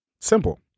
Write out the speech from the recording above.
Simple